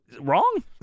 wrong